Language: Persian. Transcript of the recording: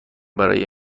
برای